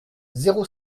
zéro